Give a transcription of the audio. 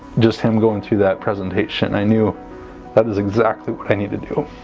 just him going through that presentation i knew that is exactly what i need to do